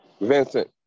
Vincent